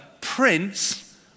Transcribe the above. Prince